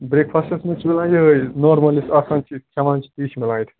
break فاسٹَس منٛز چھِ مِلان یِہوٚے نارمَل یُس آسان چھِ کھٮ۪وان چھِ تی چھُ مِلان ییٚتہِ